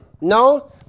No